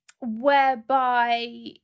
whereby